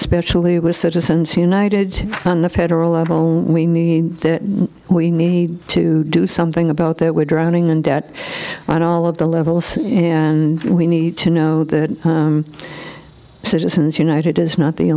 especially with citizens united on the federal level we need that we need to do something about that we're drowning in debt but all of the levels and we need to know that citizens united is not the